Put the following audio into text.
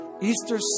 Easter